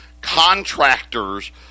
contractors